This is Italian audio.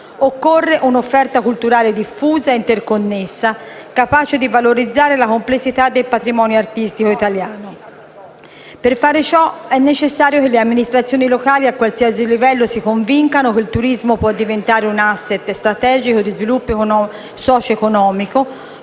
occorre un'offerta culturale diffusa e interconnessa, capace di valorizzare la complessità del patrimonio artistico italiano. Per fare ciò è necessario che le amministrazioni locali a qualsiasi livello si convincano che il turismo può diventare un *asset* strategico di sviluppo socioeconomico,